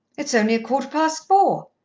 it's only a quarter past four.